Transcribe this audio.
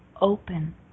open